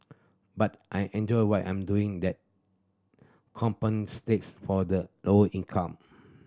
but I enjoy what I'm doing that compensates for the lower income